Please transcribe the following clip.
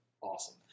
awesome